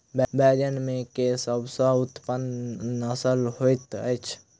बैंगन मे केँ सबसँ उन्नत नस्ल होइत अछि?